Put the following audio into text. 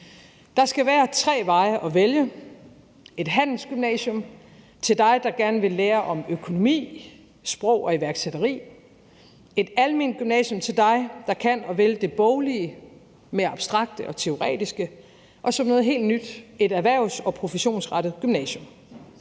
Der skal være tre veje at vælge imellem: et handelsgymnasium til dig, der gerne vil lære om økonomi, sprog og iværksætteri, et alment gymnasium til dig, der kan og vil det boglige, det mere abstrakte og teoretiske, og som noget helt nyt: et erhvervs- og professionsrettet gymnasium